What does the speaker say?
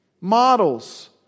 Models